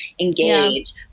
engage